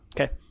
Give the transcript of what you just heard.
Okay